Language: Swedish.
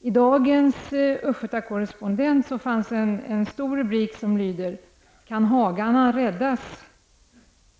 I dagens nummer av Östgöta Correspondenten finns en stor rubrik som lyder ''Kan hagarna räddas?''